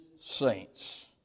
saints